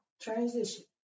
transition